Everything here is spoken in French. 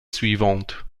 suivantes